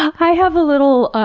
i have a little